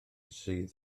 sydd